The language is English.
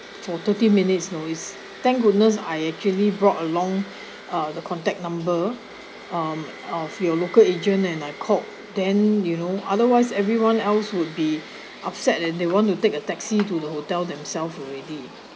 for thirty minutes you know it's thank goodness I actually brought along uh the contact number um of your local agent and I called them you know otherwise everyone else would be upset and they want to take a taxi to the hotel themselves already